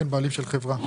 בעלים של חברה.